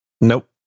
nope